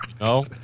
No